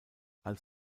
als